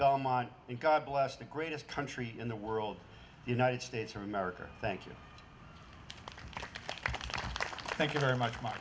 belmont and god bless the greatest country in the world the united states of america thank you thank you very much m